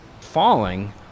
falling